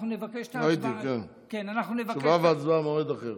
ראיתי, כן, תשובה והצבעה במועד אחר.